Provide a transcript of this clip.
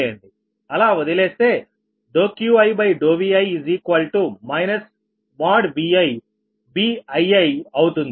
అలా వదిలేస్తే QiVi ViBiiఅవుతుంది